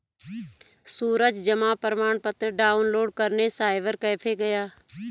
सूरज जमा प्रमाण पत्र डाउनलोड करने साइबर कैफे गया